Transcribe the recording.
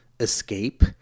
escape